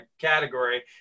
category